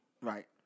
Right